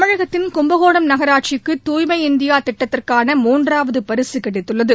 தமிழகத்தின் கும்பகோணம் நகராட்சிக்கு தூய்மை இந்தியா திட்டத்திற்கான மூன்றாவது பரிசு கிடைத்துள்ளது